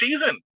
season